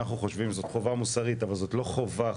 אנחנו חושבים שזו חובה מוסרית,